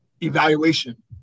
evaluation